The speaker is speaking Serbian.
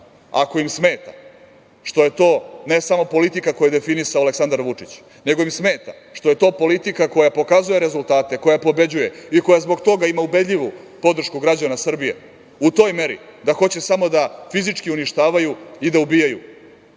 ako im smeta što je to ne samo politika koju je definisao Aleksandar Vučić, nego im smeta što je to politika koja pokazuje rezultate, koja pobeđuje i koja zbog toga ima ubedljivu podršku građana Srbije u toj meri da hoće samo da fizički uništavaju i da ubijaju,